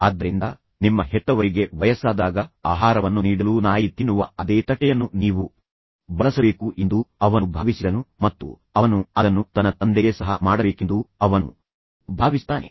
ಆದ್ದರಿಂದ ನಿಮ್ಮ ಹೆತ್ತವರಿಗೆ ವಯಸ್ಸಾದಾಗ ಆಹಾರವನ್ನು ನೀಡಲು ನಾಯಿ ತಿನ್ನುವ ಅದೇ ತಟ್ಟೆಯನ್ನು ನೀವು ಬಳಸಬೇಕು ಎಂದು ಅವನು ಭಾವಿಸಿದನು ಮತ್ತು ಅವನು ಅದನ್ನು ತನ್ನ ತಂದೆಗೆ ಸಹ ಮಾಡಬೇಕೆಂದು ಅವನು ಭಾವಿಸುತ್ತಾನೆ